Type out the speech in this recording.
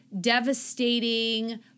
devastating